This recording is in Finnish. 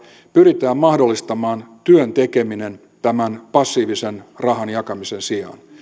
pyritään mahdollistamaan työn tekeminen tämän passiivisen rahan jakamisen sijaan